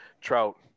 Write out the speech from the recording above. Trout